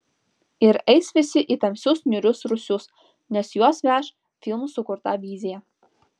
ir eis visi į tamsius niūrius rūsius nes juos veš filmų sukurta vizija